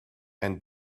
and